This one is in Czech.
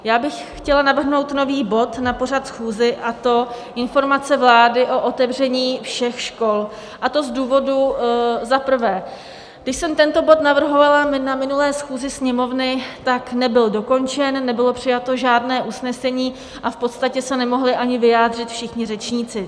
Já bych chtěla navrhnout nový bod na pořadu schůze, a to informace vlády o otevření všech škol, a to z důvodu: za prvé, když jsem tento navrhovala na minulé schůzi Sněmovny, tak nebyl dokončen, nebylo přijato žádné usnesení a v podstatě se nemohli ani vyjádřit všichni řečníci.